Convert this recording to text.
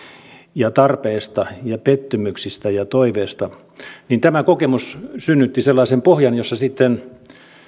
ja tarpeista ja pettymyksistä ja toiveista ja tämä kokemus synnytti sellaisen pohjan jossa sitten